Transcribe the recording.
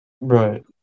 Right